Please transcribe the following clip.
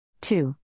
two